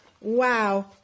wow